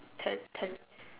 Te tele